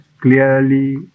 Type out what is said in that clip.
clearly